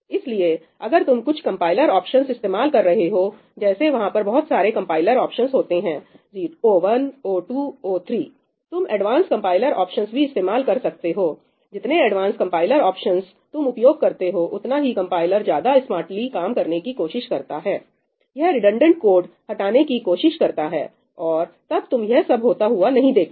इसलिए अगर तुम कुछ कंपाइलर ऑप्शंस इस्तेमाल कर रहे हो जैसे वहां पर बहुत सारे कंपाइलर ऑप्शंस होते हैं o1o2 o3 तुम एडवांस कंपाइलर ऑप्शंस भी इस्तेमाल कर सकते हो जितने एडवांस कंपाइलर ऑप्शंस तुम उपयोग करते हो उतना ही कंपाइलर ज्यादा स्मार्टली काम करने की कोशिश करता है यह रिडंडेंट कोड हटाने की कोशिश करता है और तब तुम यह सब होता हुआ नहीं देखते